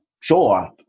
sure